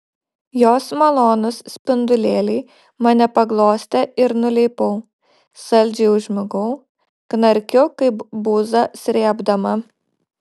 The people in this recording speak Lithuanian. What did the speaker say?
jos malonūs spindulėliai mane paglostė ir nuleipau saldžiai užmigau knarkiu kaip buzą srėbdama